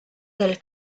del